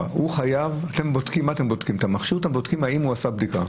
המכשיר או שאתם בודקים האם הוא עשה בדיקה?